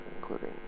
including